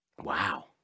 Wow